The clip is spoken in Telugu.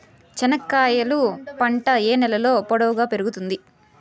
చెనక్కాయలు పంట ఏ నేలలో పొడువుగా పెరుగుతుంది?